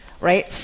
right